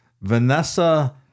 Vanessa